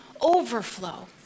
overflow